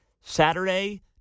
Saturday